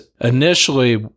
initially